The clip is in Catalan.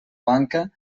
banca